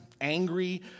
angry